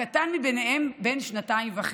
הקטן שבהם בן שנתיים וחצי,